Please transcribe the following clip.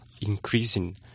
increasing